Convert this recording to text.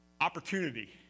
Opportunity